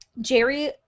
Jerry